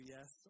Yes